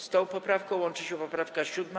Z tą poprawką łączy się poprawka 7.